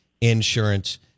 Insurance